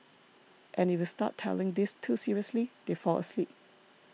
and if you start telling this too seriously they fall asleep